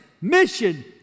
mission